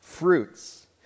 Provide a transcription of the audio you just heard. fruits